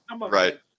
Right